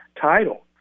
title